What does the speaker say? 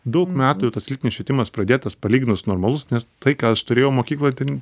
daug metų tas lytinis švietimas pradėtas palyginus normalus nes tai ką aš turėjau mokykloj ten